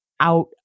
out